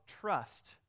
trust